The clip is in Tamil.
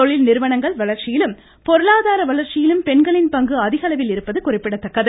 தொழில் நிறுவனங்கள் வளர்ச்சியிலும் பொருளாதார வளர்ச்சியிலும் பெண்களின் பங்கு அதிகளவில் இருப்பது குறிப்பிடத்தக்கது